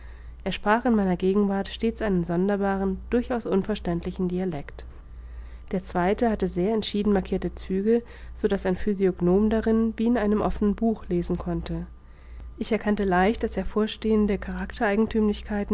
er sprach in meiner gegenwart stets einen sonderbaren durchaus unverständlichen dialekt der zweite hatte sehr entschieden markirte züge so daß ein physiognom darin wie in einem offenen buche lesen konnte ich erkannte leicht als hervorstechende